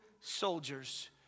soldiers